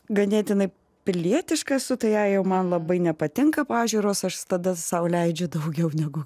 ganėtinai pilietiška esu tai jei jau man labai nepatinka pažiūros aš tada sau leidžiu daugiau negu